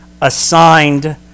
assigned